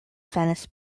venice